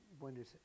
wonders